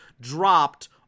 dropped